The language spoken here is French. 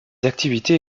activités